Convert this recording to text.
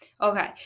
Okay